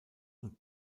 und